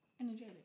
energetic